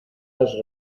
has